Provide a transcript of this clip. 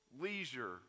leisure